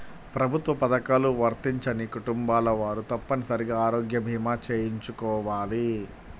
ప్రభుత్వ పథకాలు వర్తించని కుటుంబాల వారు తప్పనిసరిగా ఆరోగ్య భీమా చేయించుకోవాలి